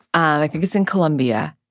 i think it's in colombia.